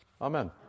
Amen